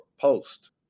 Post